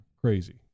crazy